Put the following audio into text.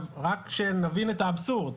רק שנבין את האבסורד,